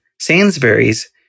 Sainsbury's